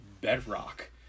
bedrock